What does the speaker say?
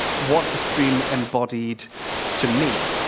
what the stream embodied to me.